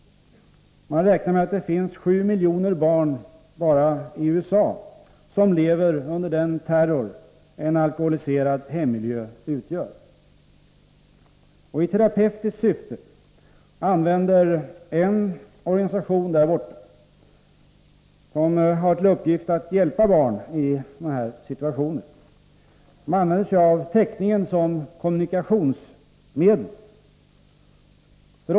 Man räknar med att det finns 7 miljoner barn bara i USA som lever under den terror en alkoholiserad hemmiljö utgör. I terapeutiskt syfte använder sig en organisation, som har till uppgift att hjälpa barn i sådana här situationer, av teckningen som kommunikationsmedel.